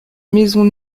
maisons